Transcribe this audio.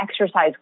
exercise